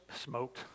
smoked